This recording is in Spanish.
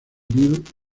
bill